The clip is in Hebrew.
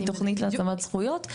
היא תוכנית להצבת זכויות.